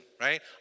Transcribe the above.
right